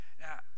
Now